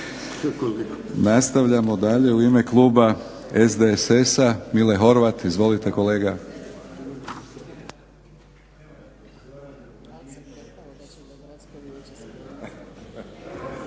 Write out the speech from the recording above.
Nastavljamo dalje u ime kluba SDSS-a Mile Horvat. Izvolite kolega.